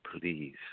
please